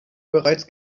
bereits